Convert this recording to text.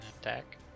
attack